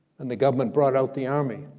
and the government brought out the army